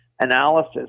Analysis